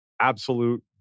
absolute